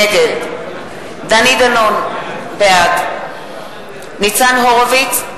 נגד דני דנון, בעד ניצן הורוביץ,